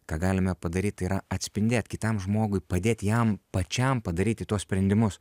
ką galime padaryt tai yra atspindėt kitam žmogui padėti jam pačiam padaryti tuos sprendimus